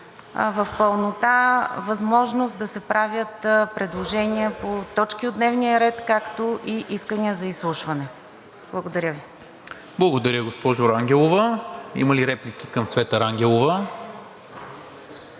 в пълнота възможността да се правят предложения по точки от дневния ред, както и искания за изслушване. Благодаря Ви. ПРЕДСЕДАТЕЛ НИКОЛА МИНЧЕВ: Благодаря, госпожо Рангелова. Има ли реплики към Цвета Рангелова?